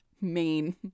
main